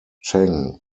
sheng